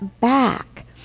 back